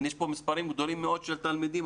יש פה מספרים גדולים מאוד של תלמידים.